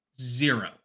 Zero